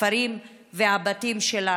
הכפרים והבתים שלנו.